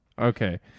Okay